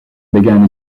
began